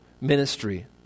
ministry